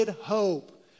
hope